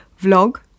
vlog